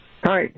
Hi